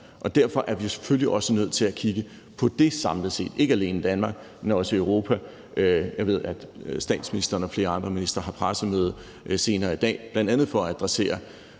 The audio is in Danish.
derfor er vi jo selvfølgelig også nødt til at kigge på det samlet set, ikke alene i Danmark, men også i Europa. Jeg ved, at statsministeren og flere andre ministre holder pressemøde senere i dag, bl.a. for at adressere,